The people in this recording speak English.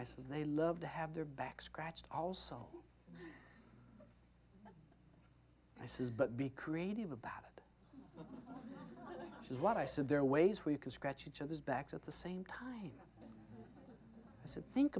i says they love to have their back scratched also i says but be creative about this is what i said there are ways we can scratch each other's backs at the same time i said think